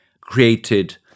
created